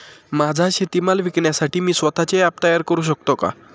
माझा शेतीमाल विकण्यासाठी मी स्वत:चे ॲप तयार करु शकतो का?